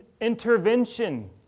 intervention